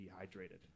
dehydrated